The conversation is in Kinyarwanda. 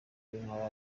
w’intara